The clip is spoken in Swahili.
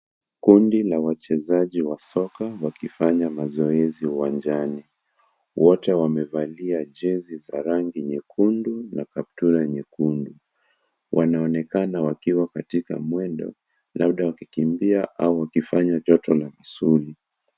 Kundi la wachezaji wa soka wakifanya mazoezi uwanjani, wote wamevalia jersey za rangi nyekundu na kaptura nyekundu, wanaonekana wakiwa katika mwendo labda wakikimbia au wakifanya joto la misuli.